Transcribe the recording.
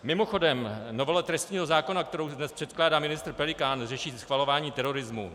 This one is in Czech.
Mimochodem, novela trestního zákona, kterou dnes předkládá ministr Pelikán, řeší schvalování terorismu.